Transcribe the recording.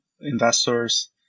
investors